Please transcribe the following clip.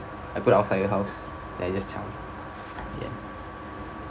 I put outside her house then I just ciao ya